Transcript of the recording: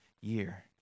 year